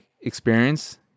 experience